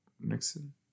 Nixon